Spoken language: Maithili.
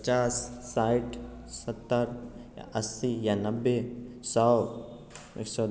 पचास साठि सत्तरि या अस्सी या नब्बे सए एक सए